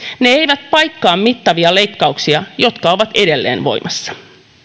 ne eivät paikkaa mittavia leikkauksia jotka ovat edelleen voimassa